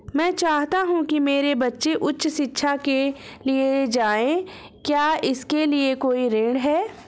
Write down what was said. मैं चाहता हूँ कि मेरे बच्चे उच्च शिक्षा के लिए जाएं क्या इसके लिए कोई ऋण है?